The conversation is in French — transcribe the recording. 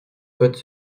côtes